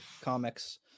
comics